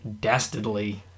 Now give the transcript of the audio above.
Dastardly